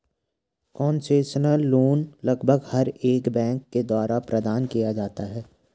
concessional loan लगभग हर एक बैंक के द्वारा प्रदान किया जाता है